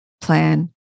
plan